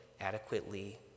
adequately